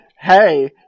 Hey